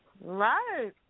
Right